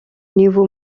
niveau